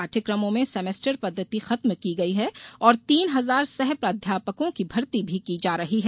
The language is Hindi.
पाठ्यक्रमों में सेमेस्टर पद्धति खत्म की गई है और तीन हजार सह प्राध्यापकों की भर्ती भी की जा रही है